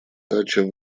даче